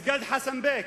מסגד חסן בק,